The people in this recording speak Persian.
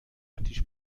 اتیش